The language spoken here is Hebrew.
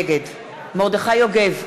נגד מרדכי יוגב,